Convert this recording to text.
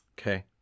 Okay